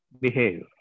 Behave